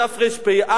בתרפ"א,